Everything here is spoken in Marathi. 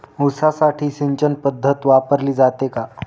ऊसासाठी सिंचन पद्धत वापरली जाते का?